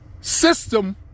system